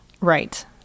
Right